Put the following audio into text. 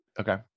Okay